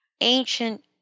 ancient